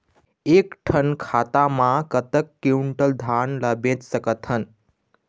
एक ठन खाता मा कतक क्विंटल धान ला बेच सकथन?